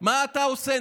מה אתה עושה,